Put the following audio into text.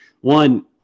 one